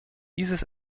dieses